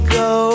go